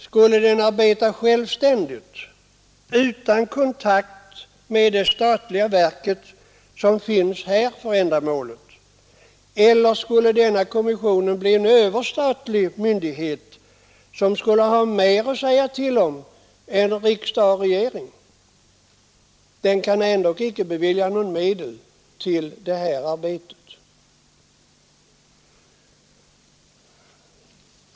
Skall den arbeta självständigt utan kontakt med det statliga verk som finns här för ändamålet eller skall denna kommission bli en överstatlig myndighet, som skall ha mer att säga till om än riksdag och regering? Den kan ändock inte bevilja medel till detta arbete.